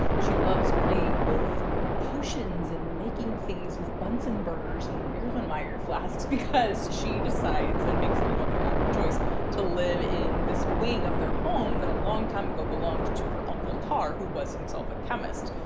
she loves playing with potions and making things with bunsen burners and erlenmeyer flasks because she decides and makes you know very active choice to live in this wing of their home that a long time ago belonged to her uncle tarr who was himself a chemist.